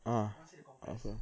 ah okay